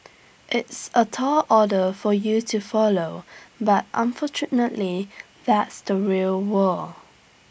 it's A tall order for you to follow but unfortunately that's the real war